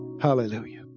Hallelujah